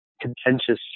contentious